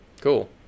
Cool